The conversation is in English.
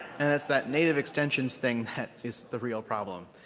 and it's that native extensions thing that is the real problem.